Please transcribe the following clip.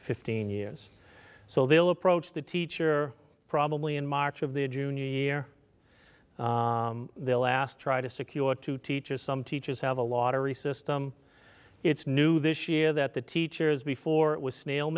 fifteen years so they'll approach the teacher probably in march of their junior year they'll ask try to secure two teachers some teachers have a lot of recess them it's new this year that the teachers before it was snail